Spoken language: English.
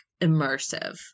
immersive